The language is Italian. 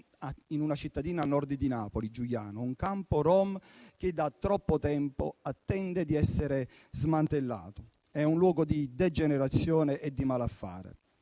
in una cittadina a nord di Napoli, Giugliano; un campo rom che da troppo tempo attende di essere smantellato, perché è un luogo di degenerazione e di malaffare.